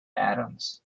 adams